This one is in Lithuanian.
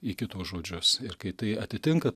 į kito žodžius ir kai tai atitinka